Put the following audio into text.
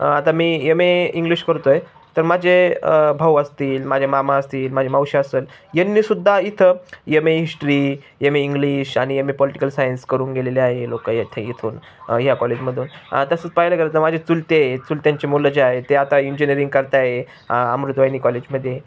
आता मी M A English करतोय तर माझे भाऊ असतील माझ्या मामा असतील माझ्या मावश्या असेल यांनी सुद्धा इथं M A history M A English आणि एम ए पोलिटिकल सायन्स करून गेलेले आहे लोकं येथे इथून ह्या कॉलेज मधून तसंच पाहिलं गेलं तर माझे चुलते चुलत्यांचे मुलं जे आहे ते आता इंजिनिअरिंग करताय अमृतवाईनी कॉलेज मध्ये